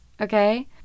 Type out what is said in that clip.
okay